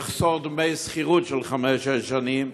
יחסוך דמי שכירות של חמש-שש שנים,